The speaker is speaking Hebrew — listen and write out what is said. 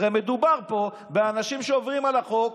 הרי מדובר פה באנשים שעוברים על החוק,